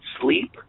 sleep